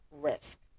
risk